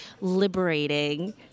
liberating